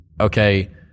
okay